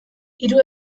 hiru